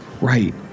Right